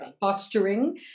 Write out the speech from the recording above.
posturing